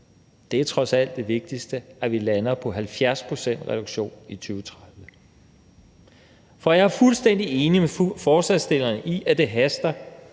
Det er trods alt det vigtigste, at vi lander på 70 pct.s reduktion i 2030. For jeg er fuldstændig enig med forslagsstilleren i, at det haster.